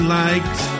likes